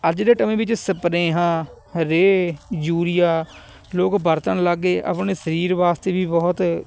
ਅੱਜ ਦੇ ਸਮੇਂ ਵਿੱਚ ਸਪਰੇਹਾਂ ਰੇਅ ਯੂਰੀਆ ਲੋਕ ਵਰਤਣ ਲੱਗ ਗਏ ਆਪਣੇ ਸਰੀਰ ਵਾਸਤੇ ਵੀ ਬਹੁਤ